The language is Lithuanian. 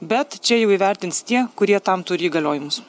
bet čia jau įvertins tie kurie tam turi įgaliojimus